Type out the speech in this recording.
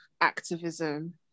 activism